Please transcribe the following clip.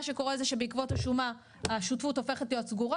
מה שקורה זה שבעקבות השומה השותפות הופכת להיות סגורה